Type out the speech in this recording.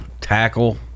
tackle